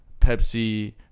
Pepsi